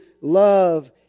love